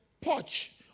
porch